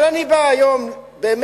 אבל אני בא היום באמת